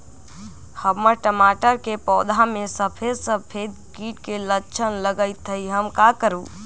हमर टमाटर के पौधा में सफेद सफेद कीट के लक्षण लगई थई हम का करू?